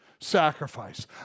sacrifice